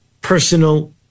personal